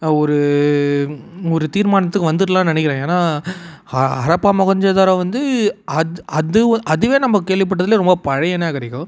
ஒரு ஒரு தீர்மானத்துக்கு வந்துடலான்னு நினைக்கிறேன் ஏன்னா ஹா ஹரப்பா மொஹஞ்சதாரோ வந்து அது அதுவும் அதுவே நம்ம கேள்விப்பட்டதிலே ரொம்ப பழைய நாகரீகம்